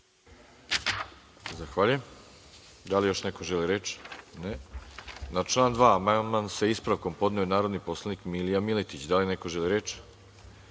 Zahvaljujem. Da li još neko želi reč? (Ne)Na član 2. amandman, sa ispravkom, podneo je narodni poslanik Milija Miletić. Da li neko želi reč?